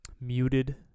muted